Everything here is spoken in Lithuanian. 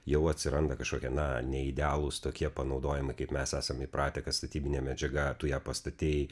jau atsiranda kažkokie na ne idealūs tokie panaudojimai kaip mes esam įpratę kad statybinė medžiaga tu ją pastatei